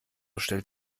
stellt